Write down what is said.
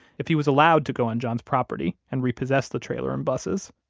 if he was allowed to go on john's property and repossess the trailer and buses?